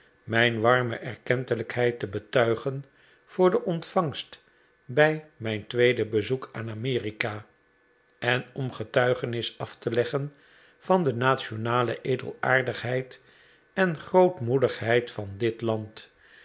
mijn warme erkentelrjkheid te betuigen voor de ontvangst bij mijn tweede bezoek aan amerika en om getuigenis af te leggen van de nationale edelaardigheid en grootmoedigheid van dit land